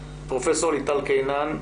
פרופ' ליטל קינן,